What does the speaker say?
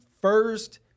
first